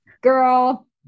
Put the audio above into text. girl